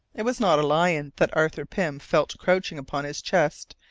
it was not a lion that arthur pym felt crouching upon his chest,